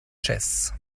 chess